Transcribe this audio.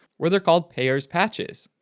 where they're called peyer's patches.